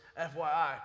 FYI